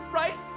right